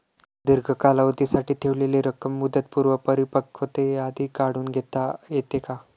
दीर्घ कालावधीसाठी ठेवलेली रक्कम मुदतपूर्व परिपक्वतेआधी काढून घेता येते का?